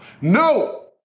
No